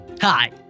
Hi